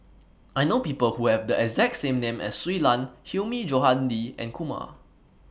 I know People Who Have The exact name as Shui Lan Hilmi Johandi and Kumar